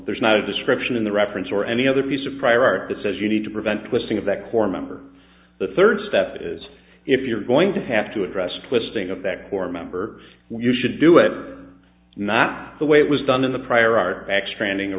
there's not a description in the reference or any other piece of prior art that says you need to prevent twisting of that core member the third step is if you're going to have to address twisting of that corps member when you should do it or not the way it was done in the prior ar